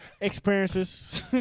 experiences